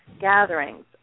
gatherings